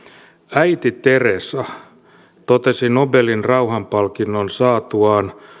äiti teresa totesi nobelin rauhanpalkinnon saatuaan